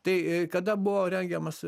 tai i kada buvo rengiamas